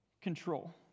control